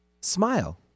smile